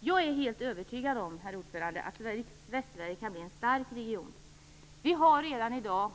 Jag är helt övertygad om att Västsverige kan bli en stark region. Vi har redan i dag